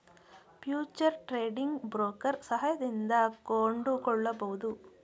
future trading broker ಸಹಾಯದಿಂದ ಕೊಂಡುಕೊಳ್ಳಬಹುದು